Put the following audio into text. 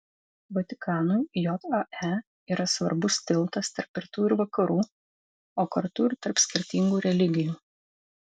vatikanui jae yra svarbus tiltas tarp rytų ir vakarų o kartu ir tarp skirtingų religijų